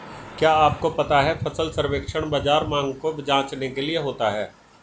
क्या आपको पता है फसल सर्वेक्षण बाज़ार मांग को जांचने के लिए होता है?